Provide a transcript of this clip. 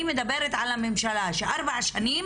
אני מדברת על הממשלה שארבע שנים